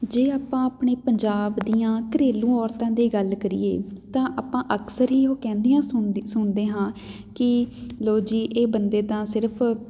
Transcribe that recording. ਜੇ ਆਪਾਂ ਆਪਣੇ ਪੰਜਾਬ ਦੀਆਂ ਘਰੇਲੂ ਔਰਤਾਂ ਦੀ ਗੱਲ ਕਰੀਏ ਤਾਂ ਆਪਾਂ ਅਕਸਰ ਹੀ ਉਹ ਕਹਿੰਦੀਆਂ ਸੁਣਦ ਸੁਣਦੇ ਹਾਂ ਕਿ ਲਉ ਜੀ ਇਹ ਬੰਦੇ ਤਾਂ ਸਿਰਫ